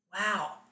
Wow